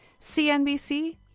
cnbc